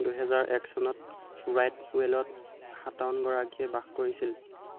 দুহেজাৰ এক চনত ৰাইটৱেলত সাতাৱন গৰাকীয়ে বাস কৰিছিল